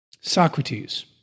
Socrates